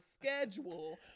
schedule